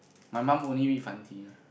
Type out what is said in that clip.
my mum only read 繁体 one